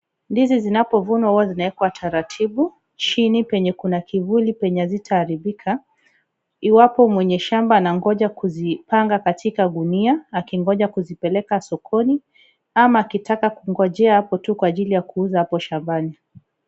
Ndizi zinapovunwa huwa zinawekwa taratibu chini penye kuna kivuli penye hazitaharibika, iwapo mwenye shamba anangoja kuzipanga katika gunia akingoja kuzipeleka sokoni ama akitaka kungojea hapo tu kwa ajili ya kuuza hapo shambani.